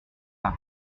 part